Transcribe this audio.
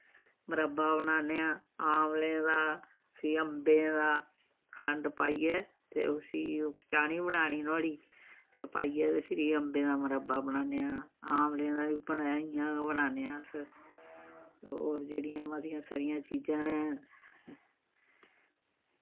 मरबा बनान्ने आं आमले दा फ्ही अम्बें दा खंड पाइयै ते उस्सी ओह् चानी बनानी नोह्ड़ी ते पाइयै फिरी अम्बें दा मरबा बनान्ने आं आमलें दा बी बना इ'यां गै बनान्ने अस जेह्ड़ियां मतियां सारियां चीजां न